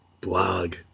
blog